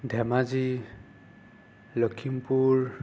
Dhemaji Lakhimpur